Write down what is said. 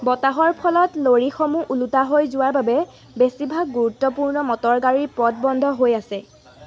বতাহৰ ফলত লৰিসমূহ ওলোটা হৈ যোৱাৰ বাবে বেছিভাগ গুৰুত্বপূৰ্ণ মটৰগাড়ীৰ পথ বন্ধ হৈ আছে